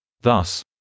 Thus